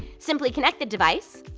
simply connect the device,